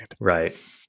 Right